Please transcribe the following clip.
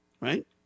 right